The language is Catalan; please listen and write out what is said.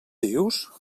dius